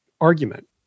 argument